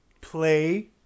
play